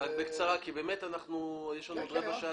מלבד לדבר בטלפון כל היום, הם לא עושים כלום.